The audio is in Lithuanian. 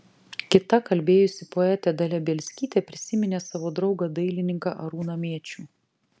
kita kalbėjusi poetė dalia bielskytė prisiminė savo draugą dailininką arūną mėčių